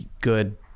good